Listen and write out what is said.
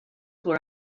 were